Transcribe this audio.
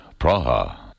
Praha